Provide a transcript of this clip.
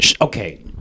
Okay